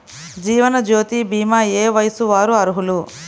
జీవనజ్యోతి భీమా ఏ వయస్సు వారు అర్హులు?